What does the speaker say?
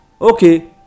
okay